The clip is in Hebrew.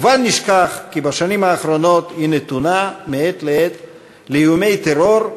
ובל נשכח כי בשנים האחרונות היא נתונה מעת לעת לאיומי טרור,